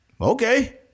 Okay